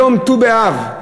היום ט"ו באב,